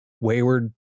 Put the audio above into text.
wayward